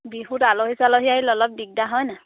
বিহুত আলহী চালহী আহিলে অলপ দিগদাৰ হয় নাই